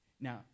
Now